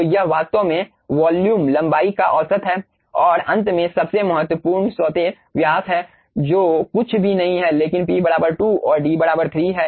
तो यह वास्तव में वॉल्यूम लंबाई का औसत है और अंत में सबसे महत्वपूर्ण सौतेर व्यास है जो कुछ भी नहीं है लेकिन p 2 है और d 3 है